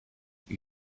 you